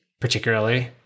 particularly